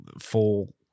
full